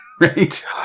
Right